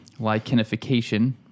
Lichenification